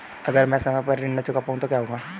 अगर म ैं समय पर ऋण न चुका पाउँ तो क्या होगा?